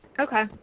Okay